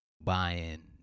buying